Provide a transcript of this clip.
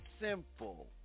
simple